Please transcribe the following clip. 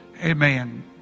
Amen